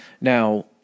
Now